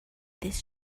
this